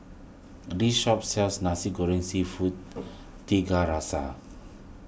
this shop sells Nasi Goreng Seafood Tiga Rasa